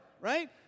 Right